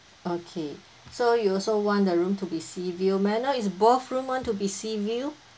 okay so you also want the room to be sea view may I know is both room want to be sea view